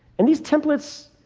and these templates,